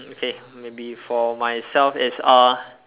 okay maybe for myself is uh